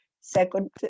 second